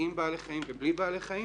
עם בעלי חיים ובלי בעלי חיים.